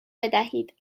بدهید